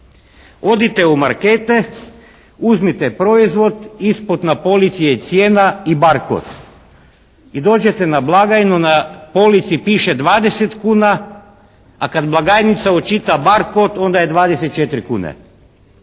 Odite u markete, uzmite proizvod, ispod na polici je cijena i barkod i dođete na blagajnu na polici piše 20 kuna, a kad blagajnica očita barkod onda je 24 kune.